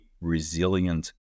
resilient